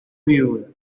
viuda